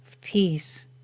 Peace